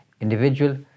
individual